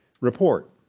report